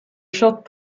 short